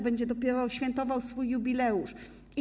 Będzie on dopiero świętował swój jubileusz.